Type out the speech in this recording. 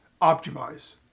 optimize